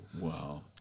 Wow